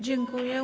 Dziękuję.